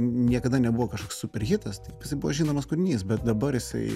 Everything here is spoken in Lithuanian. niekada nebuvo kažkoks super hitas tai buvo žinomas kūrinys bet dabar jisai